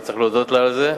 וצריך להודות לה על זה.